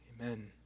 Amen